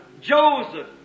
Joseph